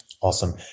Awesome